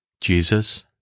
Jesus